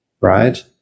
right